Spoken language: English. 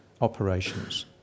operations